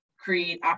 create